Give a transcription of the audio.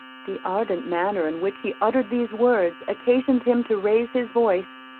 the ardent manner in which he uttered these words occasioned him to raise his voice.